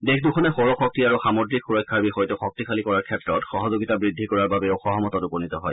দেশ দুখনে সৌৰশক্তি আৰু সামুদ্ৰিক সুৰক্ষাৰ বিষয়টো শক্তিশালী কৰাৰ ক্ষেত্ৰত সহযোগিতা বৃদ্ধি কৰাৰ বাবেও সহমতত উপনীত হয়